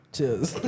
Cheers